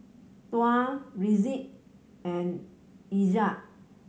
Tuah Rizqi and Aizat